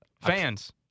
Fans